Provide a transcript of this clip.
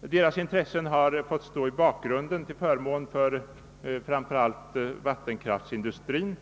Deras intressen har fått stå i bakgrunden till förmån för framför allt vattenkraftindustrin,